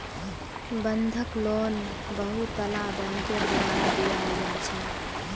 बंधक लोन बहुतला बैंकेर द्वारा दियाल जा छे